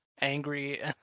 angry